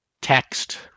text